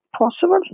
possible